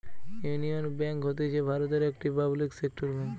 union Bank হতিছে ভারতের একটি পাবলিক সেক্টর বেঙ্ক